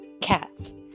Cats